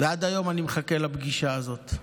עד היום אני מחכה לפגישה הזאת.